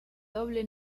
doble